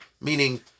Meaning